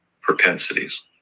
propensities